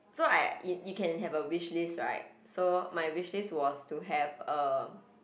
so I if you can have a wish list right so my wish list was to have a